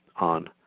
on